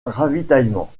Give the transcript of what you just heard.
ravitaillement